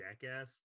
Jackass